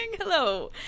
Hello